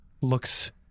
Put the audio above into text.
looks